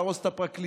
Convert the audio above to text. להרוס את הפרקליטות,